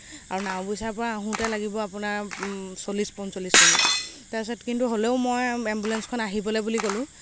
আৰু নাওবৈচাৰ পৰা আহোঁতে লাগিব আপোনাৰ চল্লিশ পঞ্চল্লিশ মিনিট তাছত কিন্তু হ'লেও মই এম্বুলেঞ্চখন আহিবলৈ বুলি ক'লোঁ